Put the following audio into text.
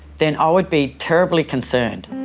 then i would be terribly concerned.